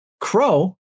Crow